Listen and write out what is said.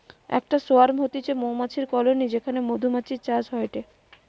একটা সোয়ার্ম হতিছে মৌমাছির কলোনি যেখানে মধুমাছির চাষ হয়টে